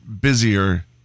busier